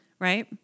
right